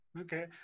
okay